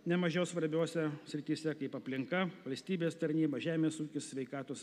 ne mažiau svarbiose srityse kaip aplinka valstybės tarnyba žemės ūkis sveikatos